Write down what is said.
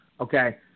Okay